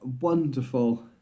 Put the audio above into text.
wonderful